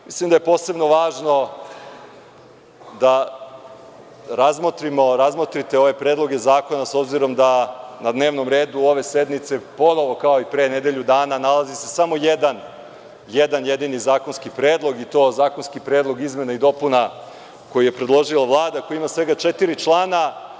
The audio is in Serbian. Mislim da je posebno važno da razmotrite ove predloge zakona, s obzirom da na dnevnom redu ove sednice ponovo, kao i pre nedelju dana, nalazi se samo jedan jedini zakonski predlog, i to zakonski predlog izmena i dopuna, koji je predložila Vlada, a koji ima samo četiri člana.